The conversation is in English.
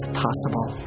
possible